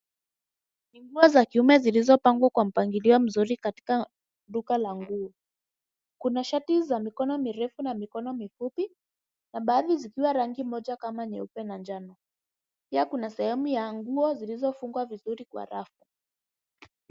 Ni nguo za kiume zilizopangwa kwa mpangilio mzuri katika duka la nguo. Kuna shati za mikono mirefu na mikono mifupi na baadhi zikiwa rangi moja kama nyeupe na jano, pia kuna sehemu ya nguo iliyofungwa vizuri kwa rafu.